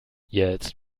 jetzt